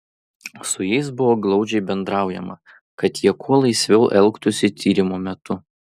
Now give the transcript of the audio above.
su jais buvo glaudžiai bendraujama kad jie kuo laisviau elgtųsi tyrimo metu